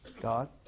God